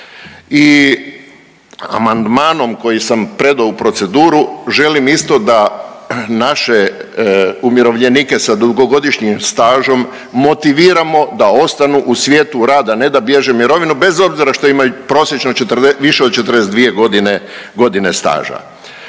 I amandmanom koji sam predao u proceduru želim da isto da naše umirovljenike sa dugogodišnjim stažom motiviramo da ostanu u svijetu rada, a ne da bježe u mirovinu bez obzira što imaju prosječno više od 42 godine staža.